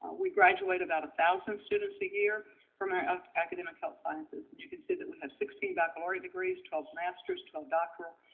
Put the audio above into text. we graduate about a thousand students a year from our academic health sciences. and you can see that we have sixteen baccalaureate degrees, twelve master's, twelve doctoral,